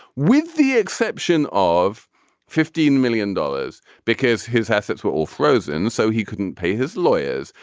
with the exception of fifteen million dollars because his assets were all frozen so he couldn't pay his lawyers.